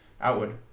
outward